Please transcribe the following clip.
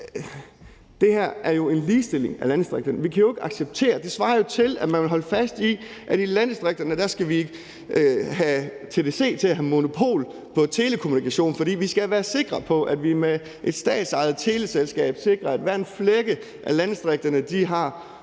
det her jo er en ligestilling af landdistrikterne. Det svarer jo til, at vi vil holde fast i, at i landdistrikterne skal vi have TDC til at have monopol på telekommunikation, fordi vi skal være sikre på, at vi med et statsejet teleselskab sikrer, at hver en flække i landdistrikterne har